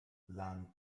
land